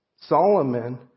Solomon